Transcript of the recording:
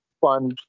fun